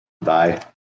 Bye